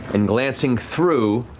and glancing through.